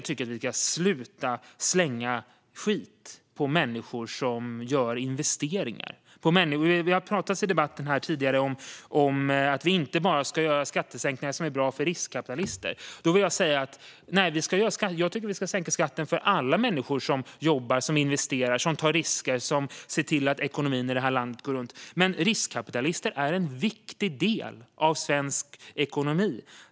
Jag tycker att vi ska sluta slänga skit på människor som gör investeringar. Tidigare i debatten har det talats om att vi inte bara ska göra skattesänkningar som är bra för riskkapitalister. Till det vill jag säga: Nej, vi ska sänka skatten för alla människor som jobbar, investerar, tar risker och ser till att ekonomin i landet går runt. Riskkapitalister är en viktig del i svensk ekonomi.